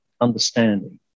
understanding